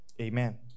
Amen